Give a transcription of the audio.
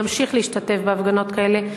אני אמשיך להשתתף בהפגנות כאלה,